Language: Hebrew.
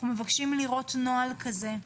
אנו מבקשים לראות נוהל כזה.